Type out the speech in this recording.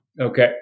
Okay